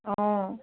অঁ